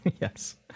Yes